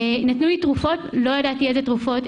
נתנו לי תרופות לא ידעתי איזה תרופות,